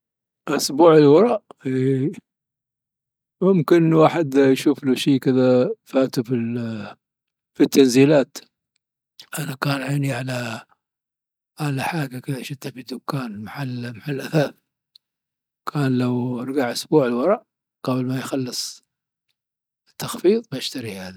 أسبوع الى الوراء؟ اي، يمكن واحد يشوف له يشوف شي كذا فاته في التنزيلات. كان عيني على حاجة كذا شفتها في دكان، محل اثاث كان لو رجع اسبوع للوراء قبل ما يخلص التخفيض بشتريها هذي.